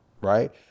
right